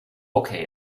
okay